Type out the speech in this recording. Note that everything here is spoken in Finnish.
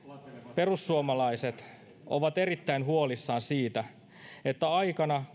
perussuomalaiset ovat erittäin huolissaan siitä että aikana